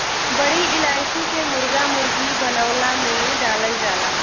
बड़ी इलायची के मुर्गा मुर्गी बनवला में डालल जाला